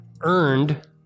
earned